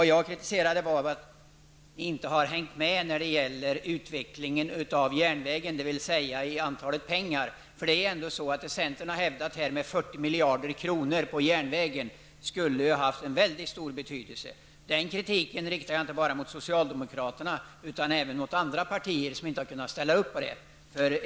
Jag kritiserade att ni inte har hängt med i utvecklingen av järnvägen när det gäller pengar. Centern har hävdat att ytterligare 40 miljarder kronor skulle haft mycket stor betydelse. Den kritiken riktar jag inte bara mot socialdemokraterna utan även mot andra partier som inte har kunnat ställa upp på det.